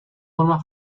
forma